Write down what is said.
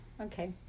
Okay